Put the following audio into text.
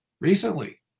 recently